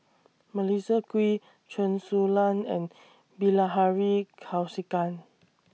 Melissa Kwee Chen Su Lan and Bilahari Kausikan